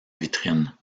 vitrine